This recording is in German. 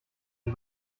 die